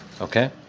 okay